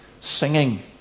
singing